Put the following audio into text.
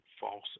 false